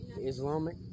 Islamic